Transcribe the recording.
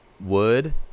wood